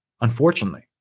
Unfortunately